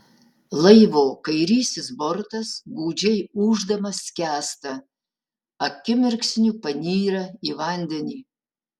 laivo kairysis bortas gūdžiai ūždamas skęsta akimirksniu panyra į vandenį